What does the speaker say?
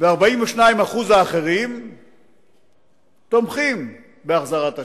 ו-42% האחרים תומכים בהחזרת השטח,